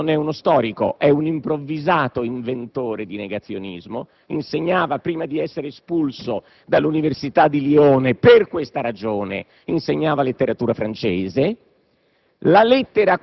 Faurisson non è uno storico, ma un improvvisato inventore del negazionismo; prima di essere espulso dall'Università di Lione, per questa ragione, insegnava letteratura francese.